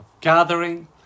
gathering